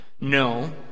No